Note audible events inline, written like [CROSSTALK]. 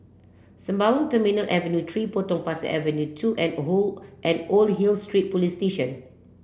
Sembawang Terminal Avenue three Potong Pasir Avenue two and [UNINTELLIGIBLE] and Old Hill Street Police Station